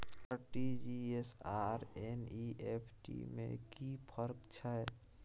RTG S आर NEFT में कि फर्क छै?